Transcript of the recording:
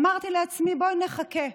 אמרתי לעצמי: בואי נחכה,